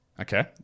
Okay